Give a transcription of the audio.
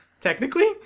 Technically